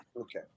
Okay